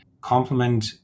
complement